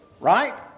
Right